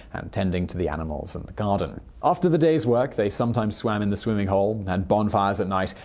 and tending to the animals and garden. after the day's work, they sometimes swam in the swimming hole, had bonfires at night,